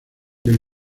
del